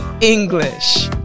English